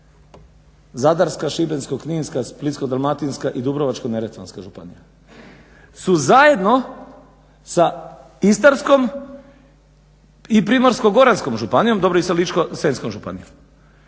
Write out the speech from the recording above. Zadarska, Šibensko-kninska, Splitsko-dalmatinska i Dubrovačko-neretvanska županija su zajedno sa Istarskom i Primorsko-goranskom županijom, dobro i sa Ličko-senjskom županijom,